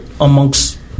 Amongst